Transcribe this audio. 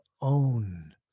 own